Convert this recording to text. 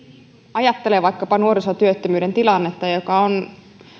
ajattelee vaikkapa nuorisotyöttömyyden tilannetta joka on